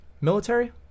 military